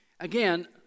Again